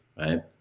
right